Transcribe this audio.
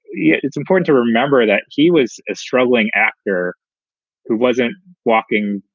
yeah it's important to remember that he was a struggling actor who wasn't walking.